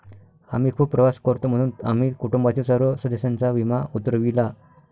आम्ही खूप प्रवास करतो म्हणून आम्ही कुटुंबातील सर्व सदस्यांचा विमा उतरविला